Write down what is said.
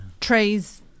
trees